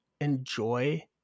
enjoy